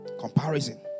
Comparison